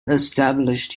established